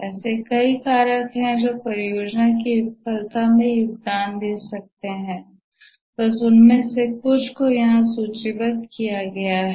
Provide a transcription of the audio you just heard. ऐसे कई कारक हैं जो परियोजना की विफलता में योगदान दे सकते हैं बस उनमें से कुछ को यहां सूचीबद्ध किया गया है